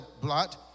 blood